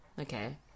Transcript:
Okay